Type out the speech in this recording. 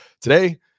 today